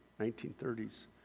1930s